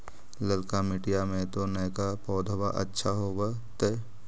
ललका मिटीया मे तो नयका पौधबा अच्छा होबत?